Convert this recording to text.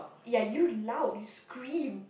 ya you loud you scream